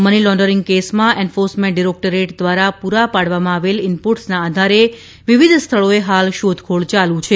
money laundering કેસમાં enforcement directorate દ્વારા પૂરા પાડવામાં આવેલ ઇનપુટ્સના આધારે વિવિધ સ્થળોએ હાલ શોધખોળ ચાલુ છે